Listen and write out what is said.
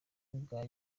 bwa